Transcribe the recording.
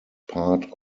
part